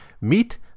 meet